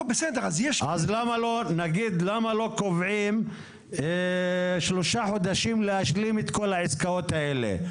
למה לא קובעים שלושה חודשים כדי להשלים את כל העסקאות האלה?